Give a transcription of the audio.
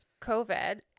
COVID